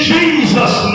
Jesus